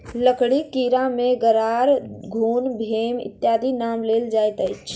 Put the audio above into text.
लकड़ीक कीड़ा मे गरार, घुन, भेम इत्यादिक नाम लेल जाइत अछि